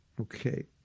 Okay